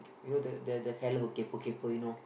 you know the the the fellow kaypoh kaypoh you know